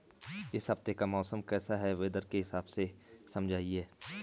इस हफ्ते का मौसम कैसा है वेदर के हिसाब से समझाइए?